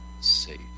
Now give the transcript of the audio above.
safe